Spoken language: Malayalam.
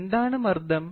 എന്താണ് മർദ്ദം